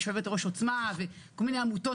יושבת-ראש "עוצמה" וכל מיני עמותות